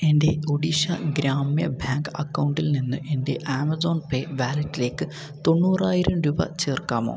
എൻ്റെ ഒഡീഷ ഗ്രാമ്യ ബാങ്ക് അക്കൗണ്ടിൽ നിന്ന് എൻ്റെ ആമസോൺ പേ വാലറ്റിലേക്ക് തൊണ്ണൂറായിരം രൂപ ചേർക്കാമോ